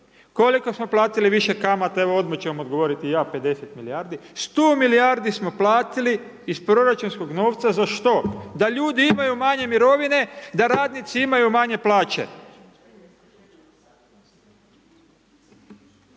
koliko smo platili više kamata? Evo odmah ću vam odgovoriti ja, 50 milijardi, 100 milijardi smo platili iz proračunskog novca za što? Da ljudi imaju manje mirovine, da radnici imaju manje plaće.